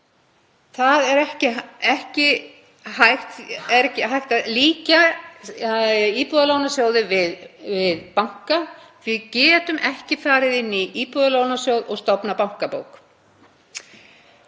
Það er ekki hægt að líkja Íbúðalánasjóði við banka því að við getum ekki farið inn í Íbúðalánasjóð og stofnað bankabók.